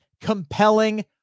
compelling